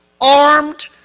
armed